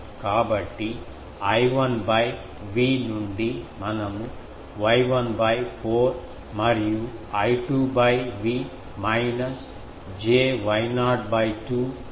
కాబట్టి I1 V నుండి మనము Y1 4 మరియు I2 V minus j Y0 2 cot k0 l 2 ను పొందుతాము